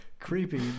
Creepy